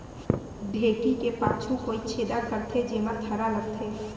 ढेंकी के पाछू कोइत छेदा करथे, जेमा थरा लगथे